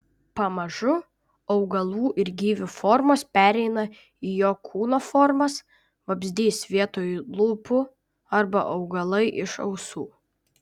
pamažu augalų ir gyvių formos pereina į jo kūno formas vabzdys vietoj lūpų arba augalai iš ausų